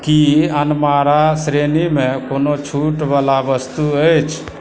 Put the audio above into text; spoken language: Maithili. की अनमारा श्रेणीमे कोनो छूटवला वस्तु अछि